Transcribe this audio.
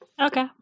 Okay